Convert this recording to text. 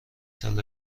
سال